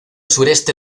sureste